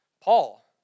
Paul